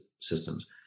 systems